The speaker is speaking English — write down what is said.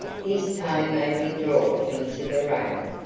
his tone made me draw him to the rail.